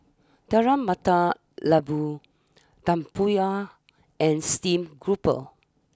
Telur Mata Lembu Tempoyak and Steamed grouper